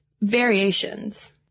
variations